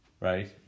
right